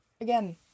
Again